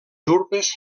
urpes